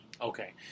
Okay